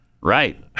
right